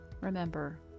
Remember